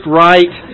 right